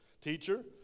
teacher